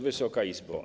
Wysoka Izbo!